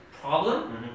problem